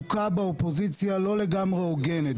שהחלוקה באופוזיציה לא לגמרי הוגנת,